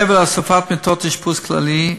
מעבר להוספת מיטות אשפוז כללי,